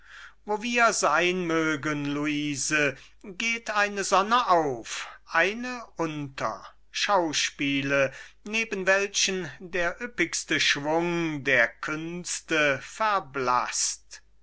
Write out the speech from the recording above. wo wir sein mögen luise geht eine sonne auf eine unter schauspiele neben welchen der üppigste schwung der künste verblaßt